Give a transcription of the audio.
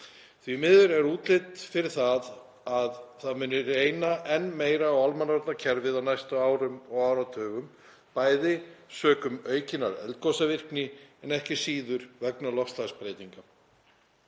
Því miður er útlit fyrir að það muni reyna enn meira á almannavarnakerfið á næstu árum og áratugum, bæði sökum aukinnar eldgosavirkni en ekki síður vegna loftslagsbreytinga.